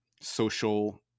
social